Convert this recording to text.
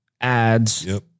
ads